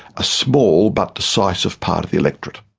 a small but decisive part of the electorate.